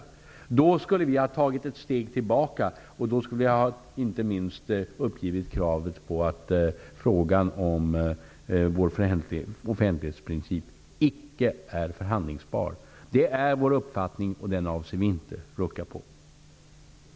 Om vi hade gjort det skulle vi ha tagit ett steg tillbaka, och då skulle vi inte minst ha uppgivit kravet på att vår offentlighetsprincip icke är förhandlingsbar. Det är vår uppfattning, och vi avser inte att rucka på den.